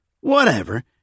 whatever